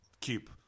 keep